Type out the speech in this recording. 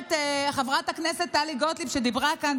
גברת חברת הכנסת טלי גוטליב שדיברה כאן,